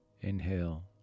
Inhale